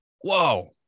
whoa